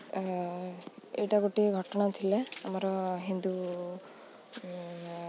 ଏଇଟା ଗୋଟିଏ ଘଟଣା ଥିଲେ ଆମର ହିନ୍ଦୁ